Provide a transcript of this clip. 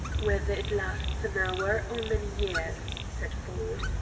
whether it lasts an hour or many years, said ford,